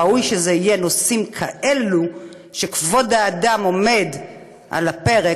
ראוי שזה יהיה על נושאים כאלה שכבוד האדם עומד על הפרק,